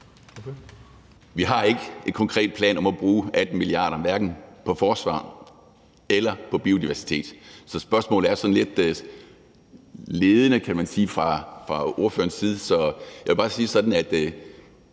Vi har ikke en konkret plan om at bruge 18 mia. kr., hverken på forsvar eller på biodiversitet. Så spørgsmålet er sådan lidt ledende, kan man sige, fra ordførerens side. Så jeg vil bare sige det sådan, at